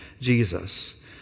Jesus